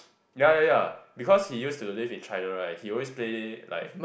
ya ya ya because he used to live in China right he always play like